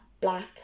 black